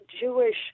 Jewish